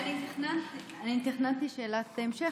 תכננתי שאלת המשך,